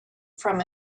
from